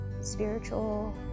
spiritual